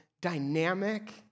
dynamic